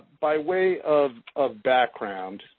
by way of of background,